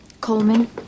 Coleman